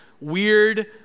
weird